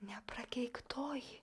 ne prakeiktoji